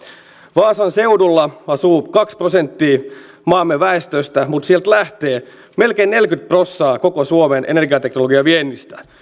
vaasan seudulla asuu kaksi prosenttia maamme väestöstä mutta sieltä lähtee melkein neljäkymmentä prosenttia koko suomen energiateknologian viennistä